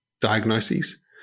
diagnoses